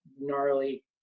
gnarly